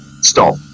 Stop